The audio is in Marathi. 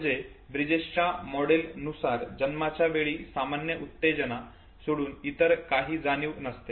म्हणजे ब्रिजेशच्या मॉडेल नुसार जन्माच्या वेळी सामान्य उत्तेजना सोडून इतर काही जाणीव नसते